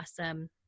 awesome